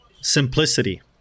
Simplicity